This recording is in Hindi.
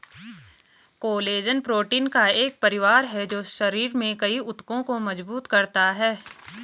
कोलेजन प्रोटीन का एक परिवार है जो शरीर में कई ऊतकों को मजबूत करता है